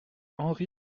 henri